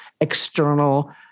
external